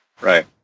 Right